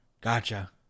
Gotcha